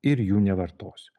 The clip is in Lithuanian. ir jų nevartosiu